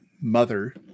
mother